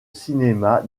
cinéma